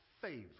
favor